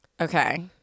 Okay